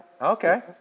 Okay